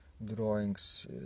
drawings